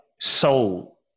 soul